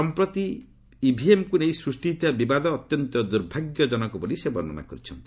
ସମ୍ପ୍ରତି ଇଭିଏମ୍କୁ ନେଇ ସୃଷ୍ଟି ହୋଇଥିବା ବିବାଦ ଅତ୍ୟନ୍ତ ଦୂର୍ଭାଗ୍ୟଜନକ ବୋଲି ସେ ବର୍ଣ୍ଣନା କରିଛନ୍ତି